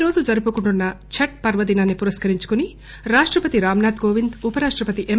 ఈ రోజు జరుపుకుంటున్న చట్ పర్వదినాన్ని పురస్కరించుకుని రాష్టపతి రాంనాథ్ కోవింద్ ఉప రాష్టపతి ఎం